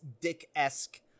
Dick-esque